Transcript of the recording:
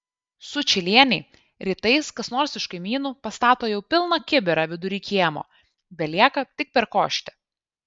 sučylienei rytais kas nors iš kaimynų pastato jau pilną kibirą vidury kiemo belieka tik perkošti